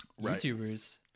YouTubers